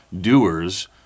doers